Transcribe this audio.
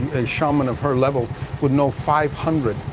shaman of her level would know five hundred,